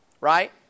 Right